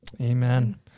Amen